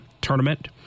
tournament